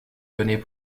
donnés